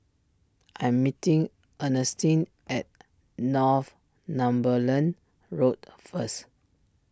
I'm meeting Earnestine at Northumberland Road first